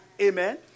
Amen